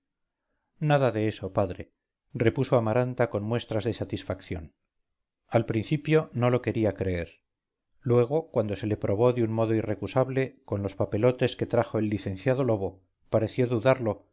nada de eso padre repuso amaranta con muestras de satisfacción al principio no lo quería creer luego cuando se le probó de un modo irrecusable con los papelotes que trajo el licenciado lobo pareció dudarlo